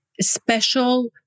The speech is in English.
special